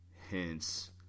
Hence